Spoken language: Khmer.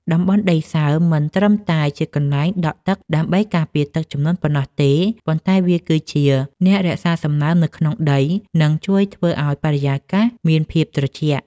តំបន់ដីសើមមិនត្រឹមតែជាកន្លែងដក់ទឹកដើម្បីការពារទឹកជំនន់ប៉ុណ្ណោះទេ ប៉ុន្តែវាគឺជាអ្នករក្សាសំណើមនៅក្នុងដី និងជួយធ្វើឱ្យបរិយាកាសមានភាពត្រជាក់។